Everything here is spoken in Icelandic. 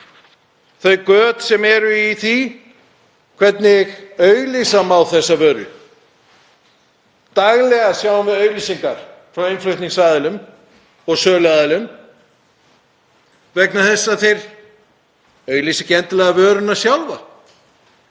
þau göt sem eru í því hvernig auglýsa má þessa vöru. Daglega sjáum við auglýsingar frá innflutningsaðilum og söluaðilum vegna þess að þeir auglýsa ekki endilega vöruna sjálfa